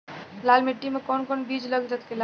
लाल मिट्टी में कौन कौन बीज लग सकेला?